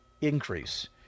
increase